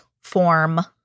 form